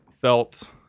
felt